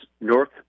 North